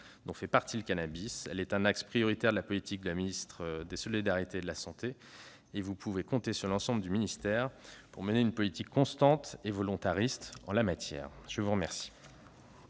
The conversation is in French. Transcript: incluent le cannabis, elle est un axe prioritaire de l'action de la ministre des solidarités et de la santé, et vous pouvez compter sur l'ensemble du ministère pour mener une politique constante et volontariste en la matière. Nous en